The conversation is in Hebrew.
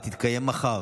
אין מתנגדים ואין נמנעים.